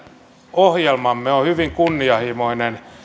ohjelmamme on hyvin kunnianhimoinen